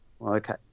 okay